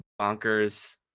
bonkers